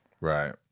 right